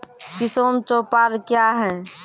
किसान चौपाल क्या हैं?